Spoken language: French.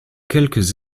quelques